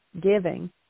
giving